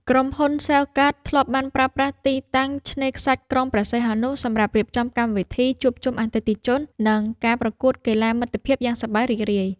ក្រុមហ៊ុនសែលកាតធ្លាប់បានប្រើប្រាស់ទីតាំងឆ្នេរខ្សាច់ក្រុងព្រះសីហនុសម្រាប់រៀបចំកម្មវិធីជួបជុំអតិថិជន និង ការប្រកួតកីឡាមិត្តភាពយ៉ាងសប្បាយរីករាយ។